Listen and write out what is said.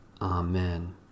Amen